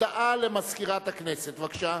הודעה למזכירת הכנסת, בבקשה.